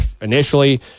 initially